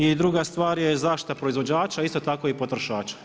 I druga stvar je zaštita proizvođača, isto tako i potrošača.